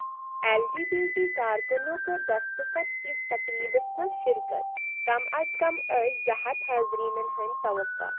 L G B T کارکُنَو کٔر دستخط کِس تقریٖبَس منٛز شرکت کم از کم ٲسۍ زٕ ہَتھ حاضریٖنَن ہٕنٛد توقعہ